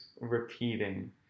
repeating